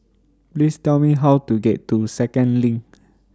Please Tell Me How to get to Second LINK